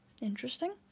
Interesting